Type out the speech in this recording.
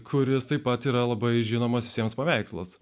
kuris taip pat yra labai žinomas visiems paveikslas